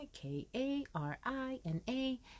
K-A-R-I-N-A